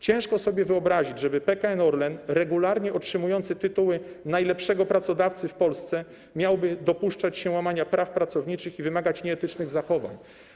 Ciężko sobie wyobrazić, żeby PKN Orlen, regularnie otrzymujący tytuły najlepszego pracodawcy w Polsce, miał dopuszczać się łamania praw pracowniczych i wymagać nieetycznych zachowań.